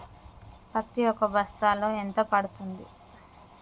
పత్తి ఒక బస్తాలో ఎంత పడ్తుంది?